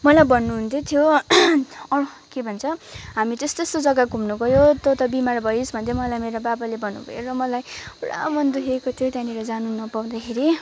मलाई भन्नु हुँदै थियो अँ के भन्छ हामी त यस्तो यस्तो जग्गा घुम्नु गयो तँ त बिमार भइस् भन्दै मलाई मेरो बाबाले भन्नुभयो र मलाई पुरा मन दुखेको थियो त्यानिर जानु नपाउँदाखेरि